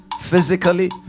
physically